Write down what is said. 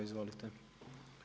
Izvolite.